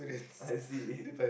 I see